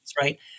right